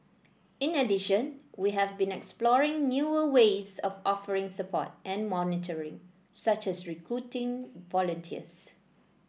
in addition we have been exploring newer ways of offering support and monitoring such as recruiting volunteers